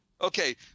Okay